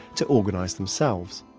to organize themselves.